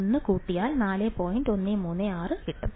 136 ആയിരിക്കും